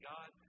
God